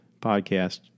podcast